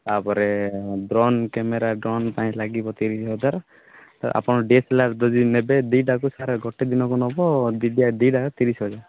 ତା'ପରେ drone camera drone ପାଇଁ ଲାଗିବ ତିରିଶ ହଜାର ଆପଣ ଡି ଏସ ଏଲ୍ ଆର୍ ଯଦି ନେବେ ଦୁଇ ଟାକୁ ସାର୍ ଗୋଟେ ଦିନକୁ ନେବ ଦୁଇ ଟାକୁ ତିରିଶ ହଜାର